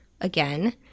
Again